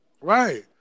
Right